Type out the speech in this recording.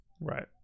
right